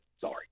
Sorry